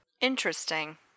Interesting